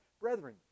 Brethren